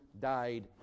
died